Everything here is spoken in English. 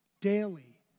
daily